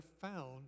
found